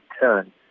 turn